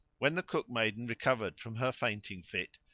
when the cook maiden recovered from her fainting fit,